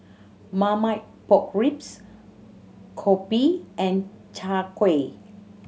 Marmite Pork Ribs kopi and Chai Kuih